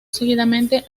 seguidamente